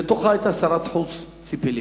ובה היתה שרת החוץ ציפי לבני.